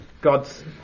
God's